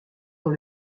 dans